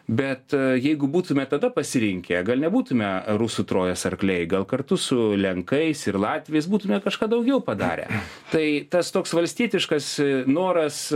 bet jeigu būtume tada pasirinkę gal nebūtume rusų trojos arkliai gal kartu su lenkais ir latviais būtume kažką daugiau padarę tai tas toks valstietiškas noras